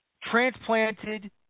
transplanted